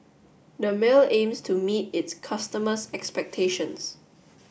Dermale aims to meet its customers' expectations